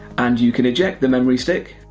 and you can eject the memory stick,